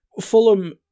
Fulham